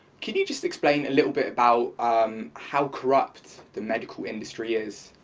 can you just explain a little bit about how corrupt the medical industry is